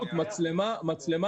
אוטומטי.